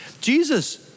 Jesus